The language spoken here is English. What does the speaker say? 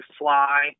fly